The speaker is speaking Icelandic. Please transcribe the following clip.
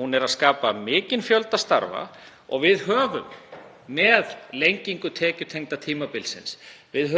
Hún er að skapa mikinn fjölda starfa og við höfum, með lengingu tekjutengda tímabilsins